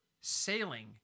Sailing